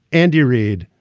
andy reid,